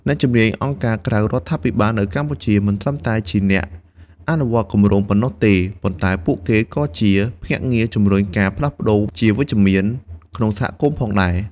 អ្នកជំនាញអង្គការក្រៅរដ្ឋាភិបាលនៅកម្ពុជា មិនត្រឹមតែជាអ្នកអនុវត្តគម្រោងប៉ុណ្ណោះទេ ប៉ុន្តែពួកគេក៏ជាភ្នាក់ងារជំរុញការផ្លាស់ប្តូរជាវិជ្ជមានក្នុងសហគមន៍ផងដែរ។